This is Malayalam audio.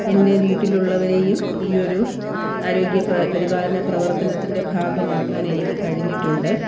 എൻ്റെ വീട്ടിലുള്ളവരെയും ഈ ഒരു ആരോഗ്യപരിപാലന പ്രവത്തനത്തിൻ്റെ ഭാഗമാക്കാൻ എനിക്ക് കഴിഞ്ഞിട്ടുണ്ട്